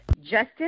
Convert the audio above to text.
Justin